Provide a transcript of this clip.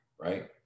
right